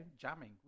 jamming